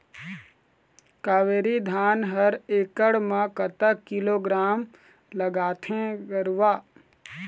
कावेरी धान हर एकड़ म कतक किलोग्राम लगाथें गरवा?